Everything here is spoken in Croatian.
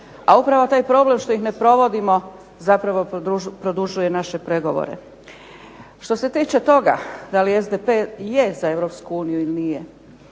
A upravo taj problem što ih ne provodimo zapravo produžuje naše pregovore. Što se tiče toga da li SDP je za EU ili nije,